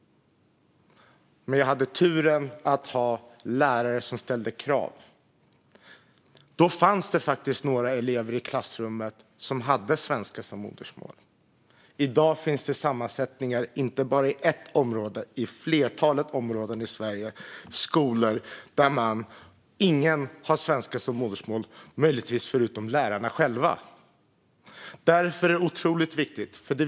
Men jag hade turen att ha lärare som ställde krav. Då fanns det faktiskt några elever i klassrummet som hade svenska som modersmål. I dag finns det inte bara i ett utan i ett flertal områden i Sverige skolor där ingen har svenska som modersmål, förutom möjligtvis lärarna själva. Därför är detta otroligt viktigt.